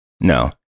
No